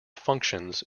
functions